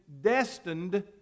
destined